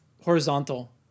horizontal